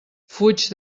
fuig